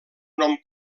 nom